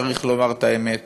צריך לומר את האמת,